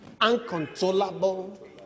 uncontrollable